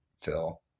Phil